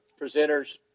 presenters